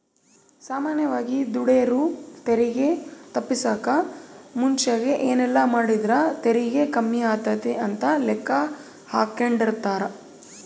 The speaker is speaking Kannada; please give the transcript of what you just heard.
ಸಾಮಾನ್ಯವಾಗಿ ದುಡೆರು ತೆರಿಗೆ ತಪ್ಪಿಸಕ ಮುಂಚೆಗೆ ಏನೆಲ್ಲಾಮಾಡಿದ್ರ ತೆರಿಗೆ ಕಮ್ಮಿಯಾತತೆ ಅಂತ ಲೆಕ್ಕಾಹಾಕೆಂಡಿರ್ತಾರ